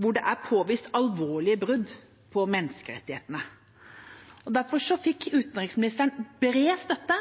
hvor det er påvist alvorlige brudd på menneskerettighetene. Derfor fikk utenriksministeren bred støtte